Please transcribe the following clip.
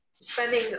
spending